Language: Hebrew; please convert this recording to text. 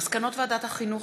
מסקנות ועדת החינוך,